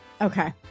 okay